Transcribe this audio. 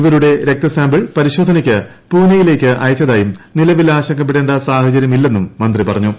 ഇവരുടെ രക്തസാമ്പിൾ പരിശോധനയ്ക്ക് പൂനെയിലേക്ക് അയച്ചതായും നിലവിൽ ആശങ്കപ്പെടേ സാഹചര്യമില്ലെന്നും മുന്തി ്പറഞ്ഞു